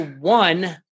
one